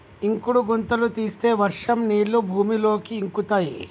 ఇంకుడు గుంతలు తీస్తే వర్షం నీళ్లు భూమిలోకి ఇంకుతయ్